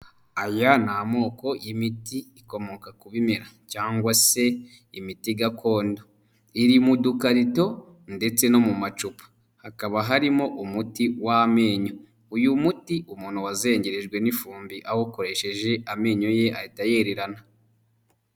Aya ni amoko y'imiti ikomoka ku bimera cyangwa se imiti gakondo, iri mu dukarito ndetse no mu macupa hakaba harimo umuti w'amenyo, uyu muti umuntu wazengerejwe n'ifumbi awukoresheje amenyo ye ahita yererana.